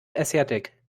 asiatic